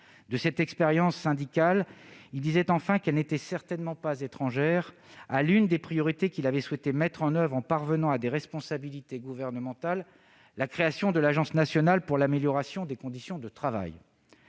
De cette expérience syndicale, il disait enfin qu'elle n'était certainement pas étrangère à l'une des priorités qu'il avait souhaité mettre en oeuvre en parvenant à des responsabilités gouvernementales : la création de l'Agence nationale pour l'amélioration des conditions de travail.